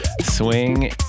Swing